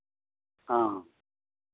ᱦᱮᱸ